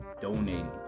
donating